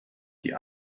die